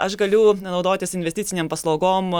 aš galiu naudotis investicinėm paslaugom